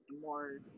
more